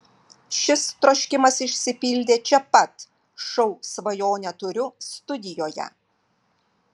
šis troškimas išsipildė čia pat šou svajonę turiu studijoje